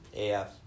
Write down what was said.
AF